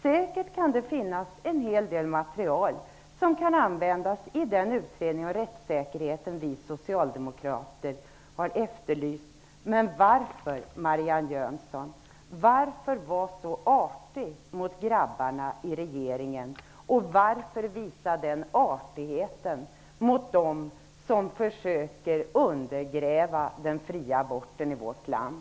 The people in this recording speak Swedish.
Säkerligen får han fram en del del material som kan användas i den utredning om rättssäkerheten som vi socialdemokrater har efterlyst. Men varför, Marianne Jönsson, vara så artig mot grabbarna i regeringen? Och varför visa denna artighet mot dem som försöker undergräva rätten till fri abort i vårt land?